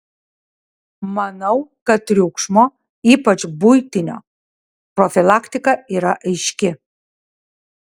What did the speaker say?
manau kad triukšmo ypač buitinio profilaktika yra aiški